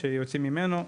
שיוציא ממנו,